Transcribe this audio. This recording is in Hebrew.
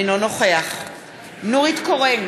אינו נוכח נורית קורן,